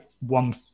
one